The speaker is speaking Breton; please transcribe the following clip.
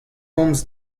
komz